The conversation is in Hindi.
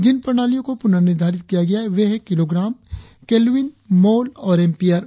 जिन प्रणालियों को पुनर्निर्धारित किया गया है वे है किलोग्राम केल्विन मोल और एम्पीयर